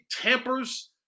tampers